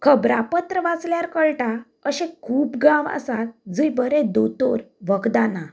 खबरां पत्र वाचल्यार कळटा अशें खूब गांव आसात जंय बरें दोतोर वखदां ना